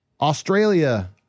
Australia